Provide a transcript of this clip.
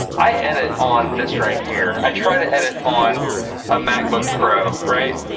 i edit on this right here. i try to edit on a macbook pro, right?